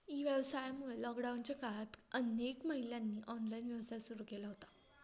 E व्यवसायामुळे लॉकडाऊनच्या काळात अनेक महिलांनी ऑनलाइन व्यवसाय सुरू केला होता